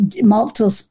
multiple